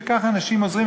וככה האנשים עוזרים,